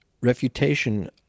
refutation